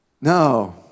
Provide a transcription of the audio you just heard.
No